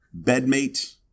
Bedmate